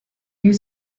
you